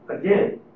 again